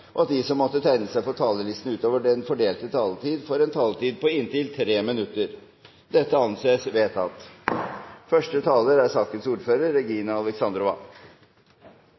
og at de som måtte tegne seg på talerlisten utover den fordelte taletid, får en taletid på inntil 3 minutter. – Det anses vedtatt.